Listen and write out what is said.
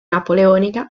napoleonica